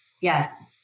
Yes